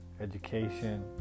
education